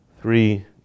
Three